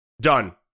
done